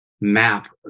map